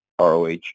ROH